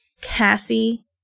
Cassie